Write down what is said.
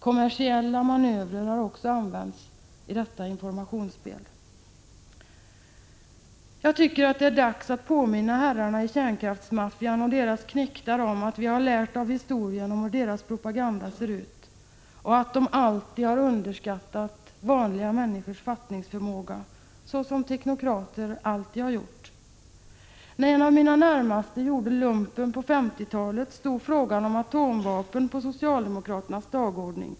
Kommersiella manövrer har också använts i detta informationsspel. Det är dags att påminna herrarna i kärnkraftsmaffian och deras knektar om att vi har lärt av historien hur deras propaganda ser ut och att de alltid har underskattat vanliga människors fattningsförmåga, såsom teknokrater alltid har gjort. När en av mina närmaste gjorde lumpen på 1950-talet stod frågan om atomvapen på socialdemokraternas dagordning.